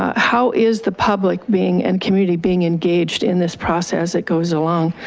how is the public being, and community being engaged in this process that goes along?